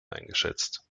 eingeschätzt